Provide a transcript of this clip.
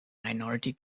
minority